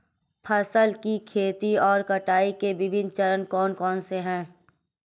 फसल की खेती और कटाई के विभिन्न चरण कौन कौनसे हैं?